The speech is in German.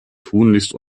tunlichst